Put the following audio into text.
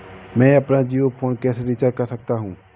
मैं अपना जियो फोन कैसे रिचार्ज कर सकता हूँ?